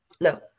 No